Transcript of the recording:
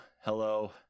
hello